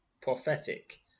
prophetic